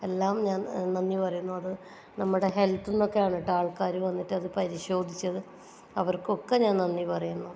എല്ലാം ഞാൻ നന്ദി പറയുന്നു അത് നമ്മുടെ ഹെൽത്തിന്നൊക്കെയാണ് കേട്ടോ ആൾക്കാർ വന്നിട്ട് അത് പരിശോധിച്ചത് അവർക്കൊക്കെ ഞാൻ നന്ദി പറയുന്നു